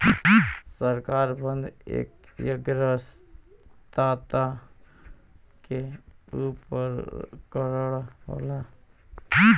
सरकारी बन्ध एक ऋणग्रस्तता के उपकरण होला